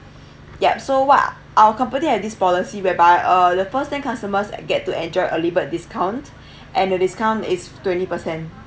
yup so what our company has this policy whereby uh the first time customers get to enjoy early bird discount and the discount is twenty percent